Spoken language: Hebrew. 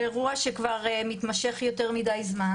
באירוע שמתמשך יותר מזמן.